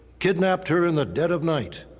kidnapped her in the dead of night.